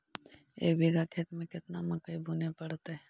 एक बिघा खेत में केतना मकई बुने पड़तै?